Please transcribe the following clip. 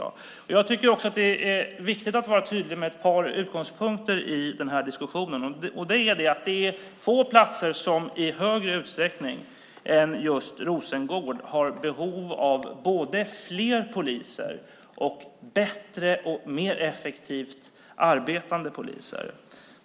Jag tycker också att det är viktigt att vara tydlig med ett par utgångspunkter i denna diskussion, nämligen att det är få platser som i högre utsträckning än just Rosengård har behov av både fler poliser och bättre och mer effektivt arbetande poliser.